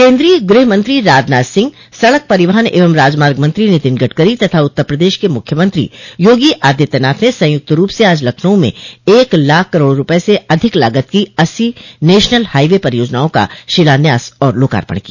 केन्द्रीय गृहमंत्री राजनाथ सिंह सड़क परिवहन एवं राजमार्ग मंत्री नितिन गडकरी तथा उत्तर प्रदेश के मुख्यमंत्री योगी आदित्यनाथ ने संयुक्त रूप से आज लखनऊ में एक लाख करोड़ रूपये से अधिक लागत की अस्सी नेशनल हाई वे परियोजनाओं का शिलान्यास और लोकार्पण किया